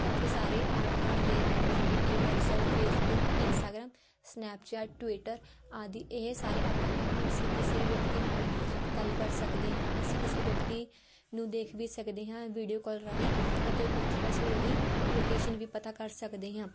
ਕਾਫੀ ਸਾਰੇ ਐਪ ਬਣ ਗਏ ਹਨ ਜਿਵੇਂ ਕਿ WhatsApp Facebook Instagram Snapchat Twitter ਆਦਿ ਇਹ ਸਾਰੇ ਐਪਾਂ ਰਾਹੀਂ ਅਸੀਂ ਕਿਸੇ ਵੀ ਵਿਅਕਤੀ ਨਾਲ ਗੱਲ ਕਰ ਸਕਦੇ ਹਾਂ ਅਸੀਂ ਕਿਸੇ ਵਿਅਕਤੀ ਨੂੰ ਦੇਖ ਵੀ ਸਕਦੇ ਹਾਂ ਵੀਡੀਓ ਕੋਲ ਰਾਹੀਂ ਅਤੇ ਉਹ ਕਿੱਥੇ ਹੈ ਅਸੀਂ ਉਸ ਦੀ ਲੋਕੇਸ਼ਨ ਵੀ ਪਤਾ ਕਰ ਸਕਦੇ ਹਾਂ